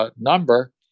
Number